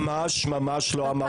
ממש לא.